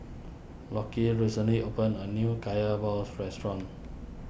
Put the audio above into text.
Lockie recently opened a new Kaya Balls restaurant